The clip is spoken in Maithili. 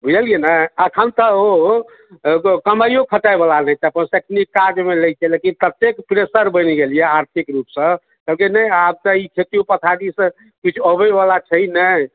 बुझलियै ने एखन तऽ ओ कमाइयो खटाए बला नहि छै अपन शैक्षणिक काजमे लगितै लेकिन ततेक प्रेशर बनि गेल यऽ आर्थिक रूपसँ कहलकै नहि आब तऽ ई खेतियो पथारीसँ किछु अबै बला छै नहि